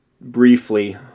briefly